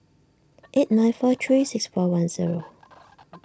eight nine four three six four one zero